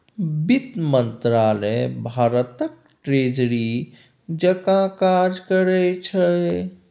बित्त मंत्रालय भारतक ट्रेजरी जकाँ काज करै छै